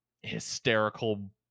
hysterical